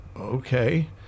okay